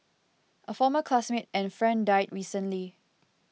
a former classmate and friend died recently